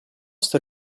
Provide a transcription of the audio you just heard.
sta